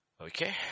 Okay